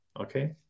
okay